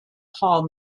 paul